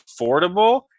affordable